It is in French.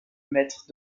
mètres